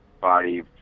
body